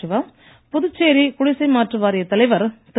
சிவா புதுச்சேரி குடிசை மாற்றுவாரியத் தலைவர் திரு